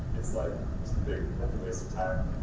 it's like a big waste of time.